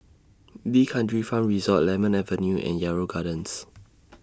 D'Kranji Farm Resort Lemon Avenue and Yarrow Gardens